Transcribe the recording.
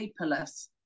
paperless